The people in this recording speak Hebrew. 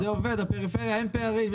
זה עובד בפריפריה אין פערים.